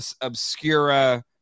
obscura